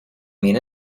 mean